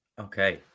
Okay